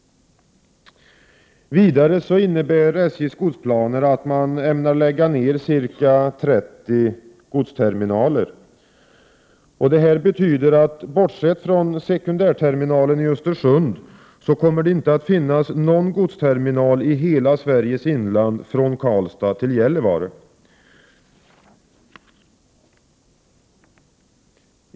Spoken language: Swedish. Vidare innebär SJ:s godsplaner att man ämnar lägga ned ca 30 godsterminaler. Detta betyder att det bortsett från sekundärterminalen i Östersund inte kommer att finnas någon godsterminal i hela Sveriges inland från Karlstad till Gällivare.